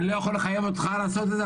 אני לא יכול לחייב אותך לעשות את זה,